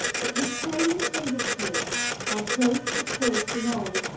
it was plain that they were poor their clothes were coarse and old,